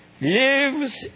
Lives